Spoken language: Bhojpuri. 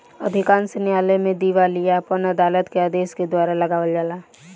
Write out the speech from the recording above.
अधिकांश न्यायालय में दिवालियापन अदालत के आदेश के द्वारा लगावल जाला